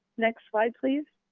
next slide please.